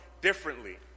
differently